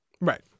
right